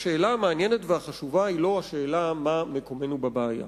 השאלה המעניינת והחשובה היא לא השאלה מה מקומנו בבעיה.